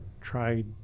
tried